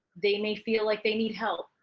they may feel like they need help.